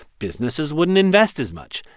businesses wouldn't invest as much.